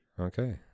Okay